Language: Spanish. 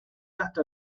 hasta